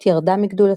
והסורית ירדה מגדולתה.